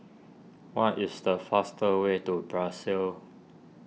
what is the faster way to Brussels